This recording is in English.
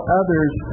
others